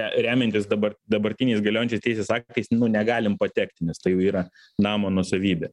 remiantis dabar dabartiniais galiojančiais teisės aktais negalim patekt nes tai jau yra namo nuosavybė